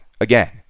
again